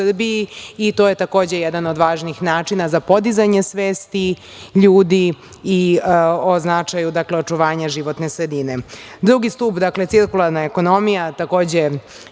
i to je takođe jedan od važnih načina za podizanje svesti ljudi i o značaju očuvanja životne sredine. Drugi stub – cirkularna ekonomija, takođe